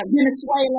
Venezuela